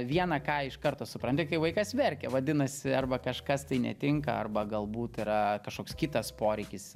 vieną ką iš karto supranti kai vaikas verkia vadinasi arba kažkas tai netinka arba galbūt yra kažkoks kitas poreikis